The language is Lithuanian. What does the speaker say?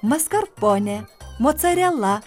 maskarponė mocarela